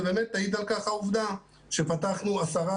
ובאמת תעיד על כך העובדה שפתחנו עשרה